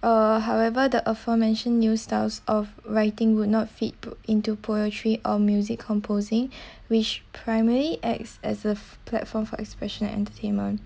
uh however the aforementioned new styles of writing would not fit into poetry or music composing which primary acts as a platform for expression and entertainment